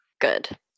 good